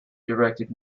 directed